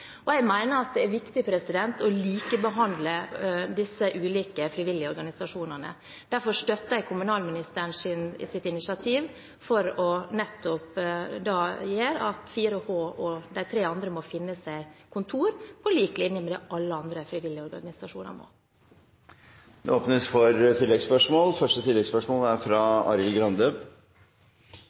Jeg mener at det er viktig å likebehandle de ulike frivillige organisasjonene. Derfor støtter jeg kommunalministerens initiativ, som gjør at 4H og de tre andre må finne seg kontorer på lik linje med alle de andre frivillige organisasjonene. Det blir oppfølgingsspørsmål – først Arild Grande. Mitt oppfølgingsspørsmål går til kommunalministeren. Frivilligheten er